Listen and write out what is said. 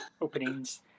openings